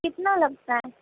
کتنا لگتا ہے